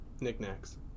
knickknacks